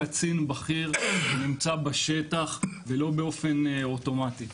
אלא על ידי קצין בכיר שנמצא בשטח ולא באופן אוטומטי.